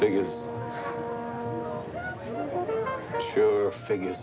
figures sure figures